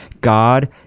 God